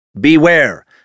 Beware